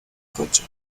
coche